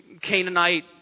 Canaanite